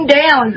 down